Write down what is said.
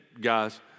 guys